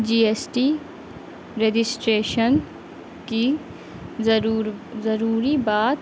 جی S T registration کی ضرور ضروری بات